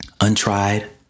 untried